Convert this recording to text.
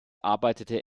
arbeitete